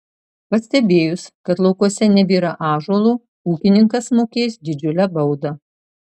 pastebėjus kad laukuose nebėra ąžuolo ūkininkas mokės didžiulę baudą